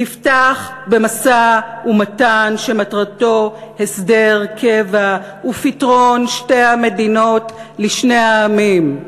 נפתח במשא-ומתן שמטרתו הסדר קבע ופתרון שתי המדינות לשני העמים.